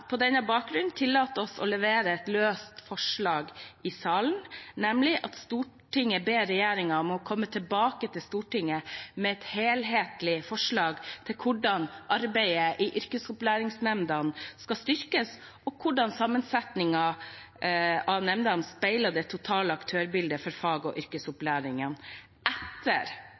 på denne bakgrunn tillatt oss å levere løst forslag i salen, nemlig: «Stortinget ber regjeringen komme tilbake til Stortinget med et helhetlig forslag til hvordan arbeidet i yrkesopplæringsnemndene kan styrkes og hvordan sammensetningen av nemndene speiler det totale aktørbildet for fag- og yrkesopplæringen, etter